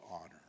honor